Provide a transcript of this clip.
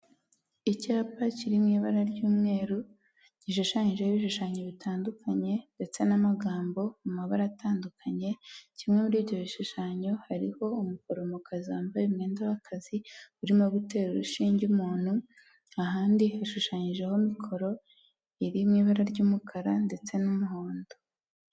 Icyapa kiri mu ibara ry'umweru, gishushanyijeho ibishushanyo bitandukanye ndetse n'amagambo mu mabara atandukanye, kimwe muri ibyo bishushanyo hariho umuforomokazi wambaye umwenda w'akazi, urimo gutera ishinge umuntu, ahandi hishushanyijeho mikoro iri mu ibara ry'umukara ndetse n'umuhondo.